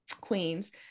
queens